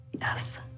Yes